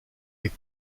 est